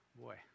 boy